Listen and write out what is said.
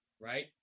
Right